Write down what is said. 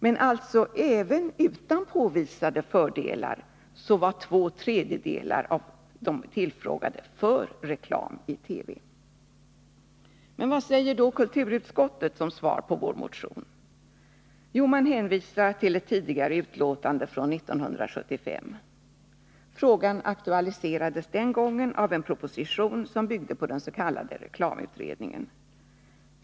Men alltså: även utan påvisade fördelar var två tredjedelar av de tillfrågade för reklam i TV. Vad säger då utskottet som svar på vår motion? Jo, utskottet hänvisar till ett tidigare utlåtande från 1975. Frågan aktualiserades den gången av en proposition, som byggde på den s.k. reklamutredningen.